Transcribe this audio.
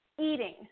eating